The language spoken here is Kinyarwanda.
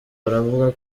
baravuga